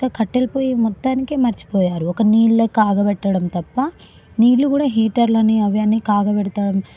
ఇంక కట్టెల పొయ్యి మొత్తానికే మర్చిపోయారు ఒక నీళ్ల కాగబెట్టడం తప్పా నీళ్లు కూడా హీటర్లని అవనీ కాగబెడతాం